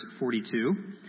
42